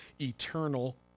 eternal